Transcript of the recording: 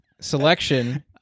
selection